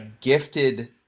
gifted